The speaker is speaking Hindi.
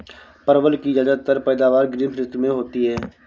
परवल की ज्यादातर पैदावार ग्रीष्म ऋतु में होती है